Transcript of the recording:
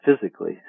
physically